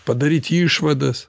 padaryt išvadas